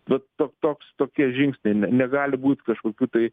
vat tok toks tokie žingsniai ne negali būt kažkokių tai